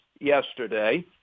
yesterday